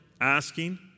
asking